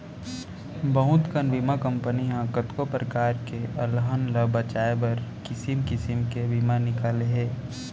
बहुत कन बीमा कंपनी ह कतको परकार के अलहन ल बचाए बर किसिम किसिम के बीमा निकाले हे